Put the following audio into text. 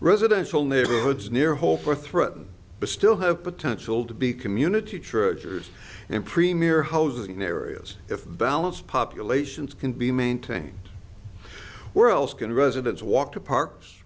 residential neighborhoods near hole for threaten but still have potential to be community treasures and premier housing areas if balance populations can be maintained where else can residents walk to parks